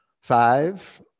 Five